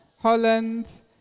Holland